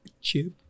chip